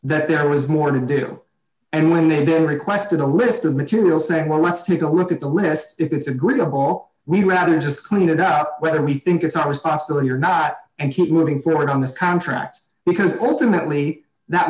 that there was more to do and when they did requested a list of material saying well let's take a look at the list if it's agreeable we want to just clean it up whether we think it's our responsibility or not and keep moving forward on this contract because ultimately that